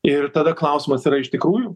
ir tada klausimas yra iš tikrųjų